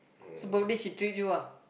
so birthday she treat you ah